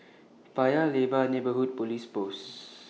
Paya Lebar Neighbourhood Police Post